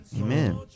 Amen